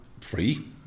free